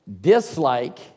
dislike